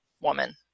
woman